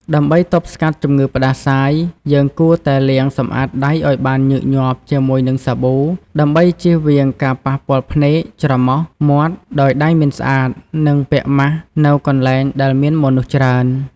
ដើម្បីទប់ស្កាត់ជំងឺផ្តាសាយ យើងគួរតែលាងសម្អាតដៃឲ្យបានញឹកញាប់ជាមួយនឹងសាប៊ូ ដើម្បីជៀសវាងការប៉ះពាល់ភ្នែក ច្រមុះ មាត់ដោយដៃមិនស្អាត និងពាក់ម៉ាស់នៅកន្លែងដែលមានមនុស្សច្រើន។